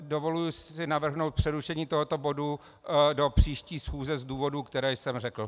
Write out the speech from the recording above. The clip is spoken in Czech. Dovoluji si navrhnout přerušení tohoto bodu do příští schůze z důvodů, které jsem řekl.